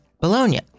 Bologna